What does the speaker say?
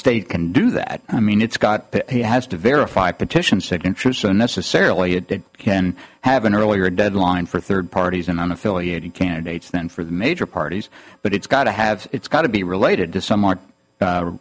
state can do that i mean it's got to has to verify petition signatures so necessarily it can have an earlier deadline for third parties and i'm affiliated candidates then for the major parties but it's got to have it's got to be related to some ar